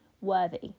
worthy